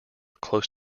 close